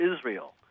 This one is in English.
Israel